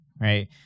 right